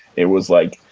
it was like,